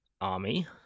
army